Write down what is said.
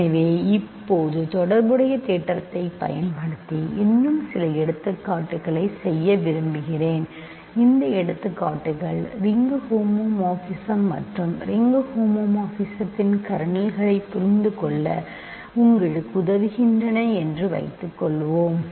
எனவே இப்போது தொடர்புடைய தேற்றத்தைப் பயன்படுத்தி இன்னும் சில எடுத்துக்காட்டுகளைச் செய்ய விரும்புகிறேன் இந்த எடுத்துக்காட்டுகள் ரிங் ஹோமோமார்பிசம் மற்றும் ரிங் ஹோமோமார்பிஸத்தின் கர்னல்களைப் புரிந்துகொள்ள உங்களுக்கு உதவுகின்றன என்று வைத்துக்கொள்வோம்